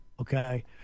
Okay